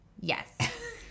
yes